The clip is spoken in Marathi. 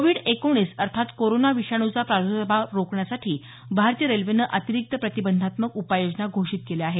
कोविड एकोणीस अर्थात कोरोना विषाणूचा प्रादुर्भाव रोखण्यासाठी भारतीय रेल्वेनं अतिरिक्त प्रतिबंधात्मक उपाययोजना घोषित केल्या आहेत